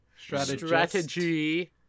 strategy